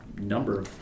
number